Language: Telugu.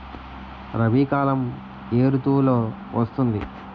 రబీ కాలం ఏ ఋతువులో వస్తుంది?